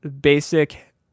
basic